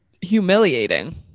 humiliating